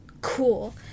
Cool